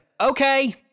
okay